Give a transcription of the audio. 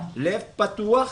לב פתוח.